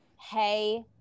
hey